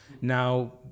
Now